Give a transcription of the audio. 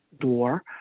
door